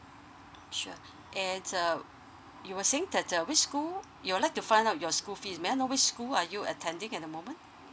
sure eh uh you were saying that uh which school you would like to find out your school fees may I know which school are you attending at the moment